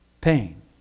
pain